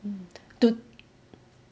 mm to